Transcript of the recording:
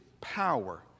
power